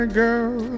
girl